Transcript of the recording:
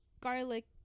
garlic